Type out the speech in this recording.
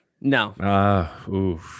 no